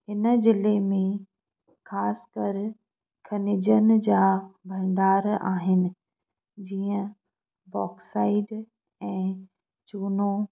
हिन जिले में ख़ासकरु खनिजनि जा भंडार आहिनि जीअं बॉक्साइड ऐं चूनो पत्थर